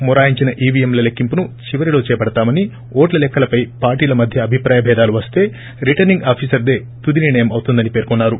మొరాయించిన ఈవీఎంల లొక్కింపును చివరిలో చేపడతామని ఓట్ల లొక్కలపై పార్టీల మధ్య అభిప్రాయ బేధాలు వస్త రిటర్సింగ్ ఆఫీసర్దే తుది నిర్ణయం అవుతుందని పేర్కొన్సారు